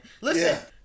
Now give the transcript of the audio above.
Listen